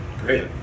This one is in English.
Great